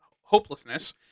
hopelessness